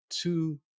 two